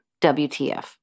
WTF